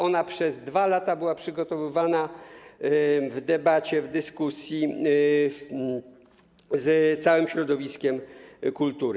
Ona przez 2 lata była przygotowywana w debacie, w dyskusji z całym środowiskiem kultury.